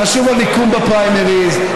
חשוב המיקום בפריימריז.